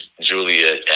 Juliet